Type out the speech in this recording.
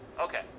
Okay